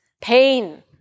pain